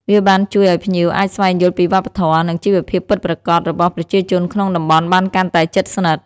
វាបានជួយឲ្យភ្ញៀវអាចស្វែងយល់ពីវប្បធម៌ និងជីវភាពពិតប្រាកដរបស់ប្រជាជនក្នុងតំបន់បានកាន់តែជិតស្និទ្ធ។